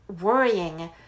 worrying